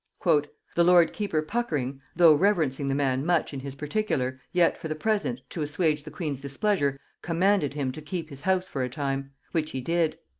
the lord keeper puckering, though reverencing the man much in his particular, yet for the present, to assuage the queen's displeasure, commanded him to keep his house for a time, which he did.